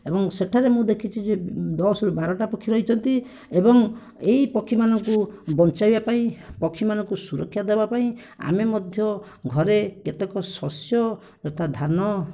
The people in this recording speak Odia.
ଏବଂ ସେଠାରେ ମୁଁ ଦେଖିଛି ଯେ ଦଶରୁ ବାରଟା ପକ୍ଷୀ ରହିଛନ୍ତି ଏବଂ ଏହି ପକ୍ଷୀମାନଙ୍କୁ ବଞ୍ଚାଇବା ପାଇଁ ପକ୍ଷୀମାନଙ୍କୁ ସୁରକ୍ଷା ଦେବାପାଇଁ ଆମେ ମଧ୍ୟ ଘରେ କେତେକ ଶସ୍ୟ ଯଥା ଧାନ